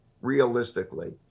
realistically